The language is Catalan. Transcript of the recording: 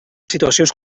situacions